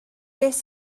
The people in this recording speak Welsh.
beth